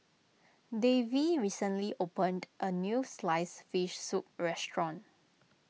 Davey recently opened a new Sliced Fish Soup restaurant